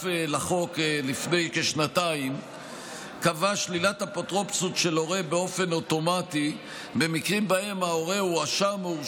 אז מה שנעשה הוא לקבוע באופן אוטומטי כל מיני קביעות שלא ניתנות